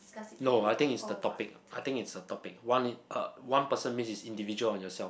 no I think it's the topic I think it's the topic one in uh one person means it's individual on yourself